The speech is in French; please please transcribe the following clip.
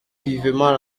vivement